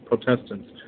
Protestants